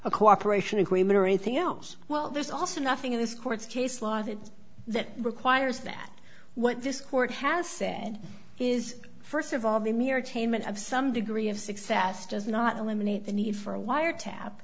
a cooperation agreement or anything else well there's also nothing in this court's case law that requires that what this court has said is first of all the mere chainman of some degree of success does not eliminate the need for a wiretap